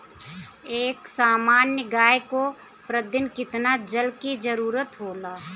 एक सामान्य गाय को प्रतिदिन कितना जल के जरुरत होला?